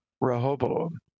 Rehoboam